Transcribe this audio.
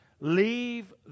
Leave